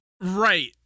Right